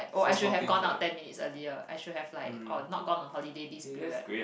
oh I should have gone out ten minutes earlier I should have like or not gone on holiday this period